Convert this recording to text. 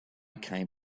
came